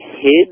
hid